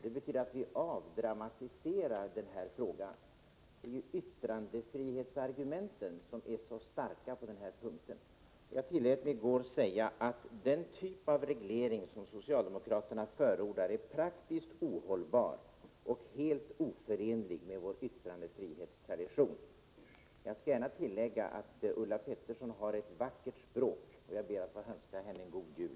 Det betyder att vi avdramatiserar denna fråga. Det är ju yttrandefrihetsargumenten som är så starka på den här punkten. Jag tillät mig i går säga att den typ av reglering som socialdemokraterna förordar är praktiskt ohållbar och helt oförenlig med vår yttrandefrihetstradition. Jag skall gärna tillägga att Ulla Pettersson har ett vackert språk, och jag ber att få önska henne en god jul.